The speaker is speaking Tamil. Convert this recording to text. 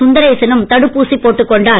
சுந்தரேசனும் தடுப்பூசி போட்டுக்கொண்டார்